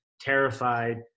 terrified